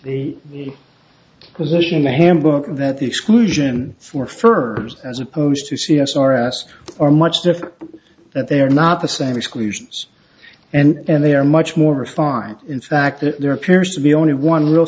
the position in the handbook that the exclusion for firms as opposed to c s are asked are much different that they are not the same exclusions and they are much more refined in fact that there appears to be only one real